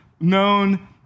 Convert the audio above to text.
known